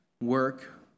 work